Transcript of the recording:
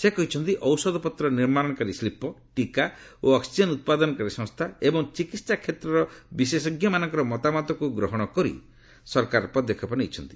ସେ କହିଛନ୍ତି ଔଷଧପତ୍ର ନିର୍ମାଣକାରୀ ଶିଳ୍ପ ଟିକା ଓ ଅକ୍ରିଜେନ୍ ଉତ୍ପାଦନକାରୀ ସଂସ୍କା ଓ ଚିକିହା କ୍ଷେତ୍ରର ବିଶେଷଜ୍ଞମାନଙ୍କର ମତାମତକ୍ତ ଗ୍ରହଣ କରି ସରକାର ପଦକ୍ଷେପ ନେଇଛନ୍ତି